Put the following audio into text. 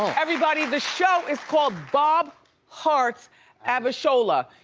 everybody, the show is called bob hearts abishola,